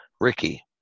Ricky